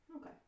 Okay